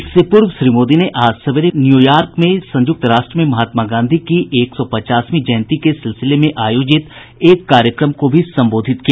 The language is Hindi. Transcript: इससे पूर्व श्री मोदी ने आज सवेरे न्यूयॉर्क में संयुक्त राष्ट्र में महात्मा गांधी की एक सौ पचासवीं जयंती के सिलसिले में आयोजित एक कार्यक्रम को भी संबोधित किया